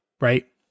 right